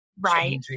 Right